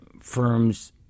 firms